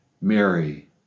Mary